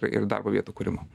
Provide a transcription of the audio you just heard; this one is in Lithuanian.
ir darbo vietų kūrimo